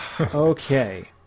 Okay